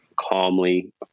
calmly